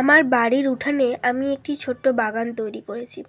আমার বাড়ির উঠানে আমি একটি ছোট্ট বাগান তৈরি করেছি